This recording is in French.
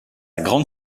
grande